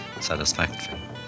satisfactory